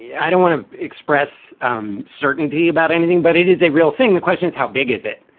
i don't want to express um certainty about anything, but it is a real thing. the question is, how big is it?